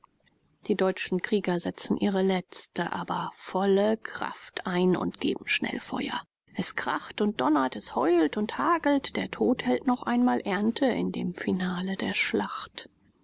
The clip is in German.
die deutschen krieger setzen ihre letzte aber volle kraft ein und geben schnellfeuer es kracht und donnert es heult und hagelt der tod hält noch einmal ernte in dem finale der schlacht